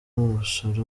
umusore